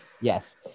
Yes